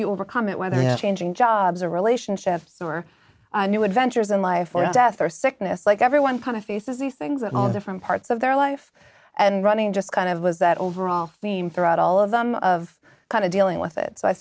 you overcome it whether changing jobs or relationships or new adventures in life or death or sickness like everyone kind of faces these things at all different parts of their life and running just kind of was that overall theme throughout all of them of kind of dealing with it so i